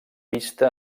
vista